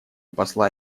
посла